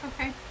Okay